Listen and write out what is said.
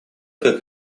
как